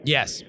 Yes